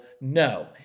No